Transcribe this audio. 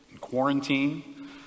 quarantine